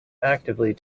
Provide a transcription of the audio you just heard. actively